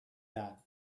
that